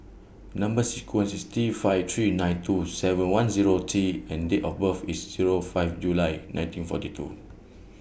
Number sequence IS T five three nine two seven one Zero T and Date of birth IS Zero five July nineteen forty two